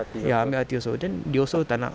ya ambil hati also then they also tak nak